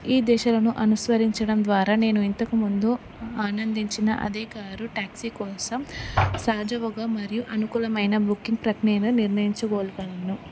ఈ దిశలను అనుసరించడం ద్వారా నేను ఇంతకుముందు ఆనందించిన అదే కారు ట్యాక్సీ కోసం సహజంగా మరియు అనుకూలమైన బుకింగ్ ప్రక్రియను నిర్ణయించగలను